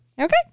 Okay